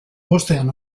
bostean